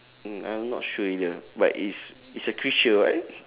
mm I am not sure either but it's it's a creature [what]